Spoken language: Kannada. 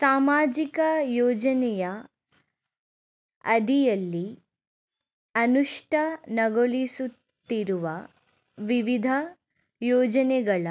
ಸಾಮಾಜಿಕ ಯೋಜನೆಯ ಅಡಿಯಲ್ಲಿ ಅನುಷ್ಠಾನಗೊಳಿಸುತ್ತಿರುವ ವಿವಿಧ ಯೋಜನೆಗಳ